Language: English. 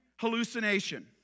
hallucination